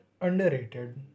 underrated